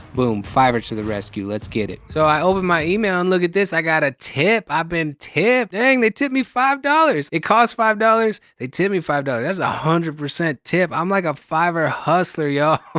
boom. fiverr to the rescue. let's get it. so i opened my email and look at this, i got a tip. i've been tipped! dang, they tipped me five dollars! it costs five dollars. they tipped me five dollars, that's a hundred percent tip. i'm like a fiverr hustler, y'all!